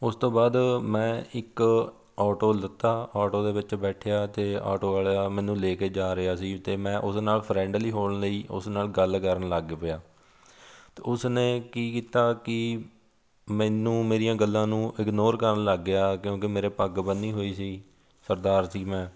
ਉਸ ਤੋਂ ਬਾਅਦ ਮੈਂ ਇੱਕ ਆਟੋ ਲਿੱਤਾ ਆਟੋ ਦੇ ਵਿੱਚ ਬੈਠਿਆ ਅਤੇ ਆਟੋ ਵਾਲਾ ਮੈਨੂੰ ਲੈ ਕੇ ਜਾ ਰਿਹਾ ਸੀ ਅਤੇ ਮੈਂ ਉਸਦੇ ਨਾਲ ਫਰੈਂਡਲੀ ਹੋਣ ਲਈ ਉਸ ਨਾਲ ਗੱਲ ਕਰਨ ਲੱਗ ਪਿਆ ਉਸ ਨੇ ਕੀ ਕੀਤਾ ਕਿ ਮੈਨੂੰ ਮੇਰੀਆਂ ਗੱਲਾਂ ਨੂੰ ਇਗਨੋਰ ਕਰਨ ਲੱਗ ਗਿਆ ਕਿਉਂਕਿ ਮੇਰੇ ਪੱਗ ਬੰਨੀ ਹੋਈ ਸੀ ਸਰਦਾਰ ਸੀ ਮੈਂ